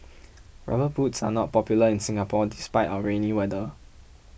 rubber boots are not popular in Singapore despite our rainy weather